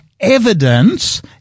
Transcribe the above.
evidence